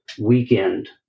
weekend